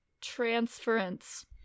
transference